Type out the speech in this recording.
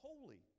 holy